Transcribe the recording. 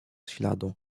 śladu